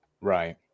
right